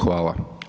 Hvala.